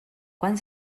quan